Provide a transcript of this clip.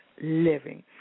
living